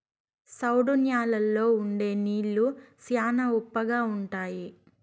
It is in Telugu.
సౌడు న్యాలల్లో ఉండే నీళ్లు శ్యానా ఉప్పగా ఉంటాయి